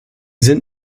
sind